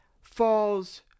falls